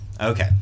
Okay